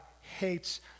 hates